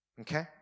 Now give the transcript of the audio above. Okay